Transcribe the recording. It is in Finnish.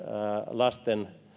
lasten